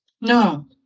No